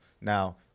Now